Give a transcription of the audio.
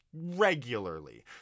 regularly